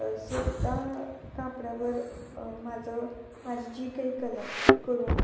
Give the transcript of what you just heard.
स्वतः कापडावर माझं माझी जी काही कला आहे ती करून